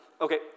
Okay